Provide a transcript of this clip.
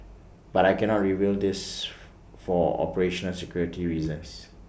but I cannot reveal this for operational security reasons